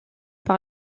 par